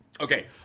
Okay